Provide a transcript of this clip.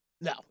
No